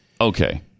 Okay